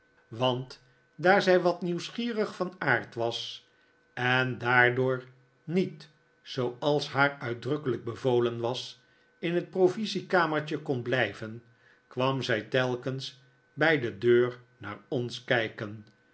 want daar zij wat nieuwsgierig van aard was en daardoor niet zooals haar uitdrukkelijk bevolen was in het provisiekamertje kon blijven kwam zij telkens bij de deur naar ons kijken